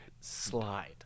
Slide